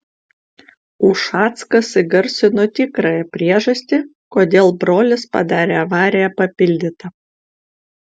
ušackas įgarsino tikrąją priežastį kodėl brolis padarė avariją papildyta